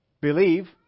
believe